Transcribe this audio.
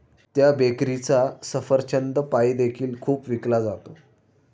त्या बेकरीचा सफरचंद पाई देखील खूप विकला जातो